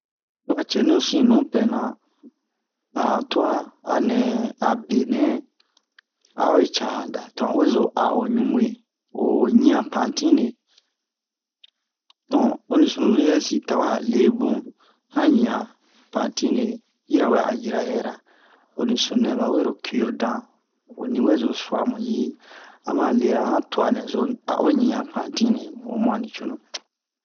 tuwa cɛnu sin nupɛ-na a han tuwa a nɛ a benɛ a o hi ca han da to han hezo aa o ɲunɓuwe o ɲiyan pantine donk honi sunuzo-yɛsi tawɛ a le bun han ɲiyan pantine yirawe a o jira wɛra honi sunu-nɛ ɓawero kirdan honi wezo suwa mu ji ama lera han tuwa nɛzo a o ɲiyan pantine homu ani cunu